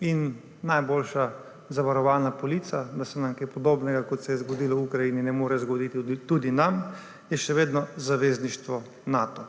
in najboljša zavarovalna polica, da se kaj podobnega, kot se je zgodilo Ukrajini, ne more zgoditi tudi nam, je še vedno zavezništvo Nato.